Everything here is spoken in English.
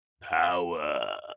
Power